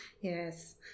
Yes